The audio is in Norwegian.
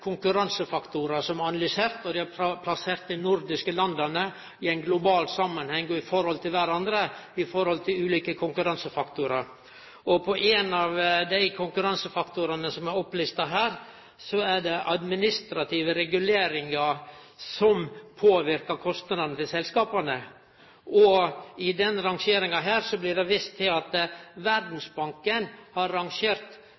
konkurransefaktorar som er analyserte. Ein har plassert dei nordiske landa i ein global samanheng og i forhold til kvarandre med omsyn til ulike konkurransefaktorar. Ein av dei konkurransefaktorane som er opplista, er administrative reguleringar som påverkar kostnadene til selskapa. I den rangeringa blir det vist til at